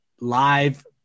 live